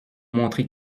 montrer